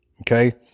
Okay